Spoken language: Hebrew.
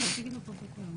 נכון.